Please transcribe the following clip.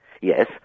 Yes